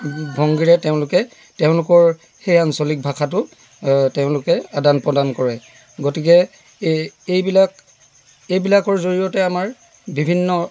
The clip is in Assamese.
ভংগীৰে তেওঁলোকে তেওঁলোকৰ সেই আঞ্চলিক ভাষাটো তেওঁলোকে আদান প্ৰদান কৰে গতিকে এই এইবিলাক এইবিলাকৰ জড়িয়তে আমাৰ বিভিন্ন